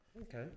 Okay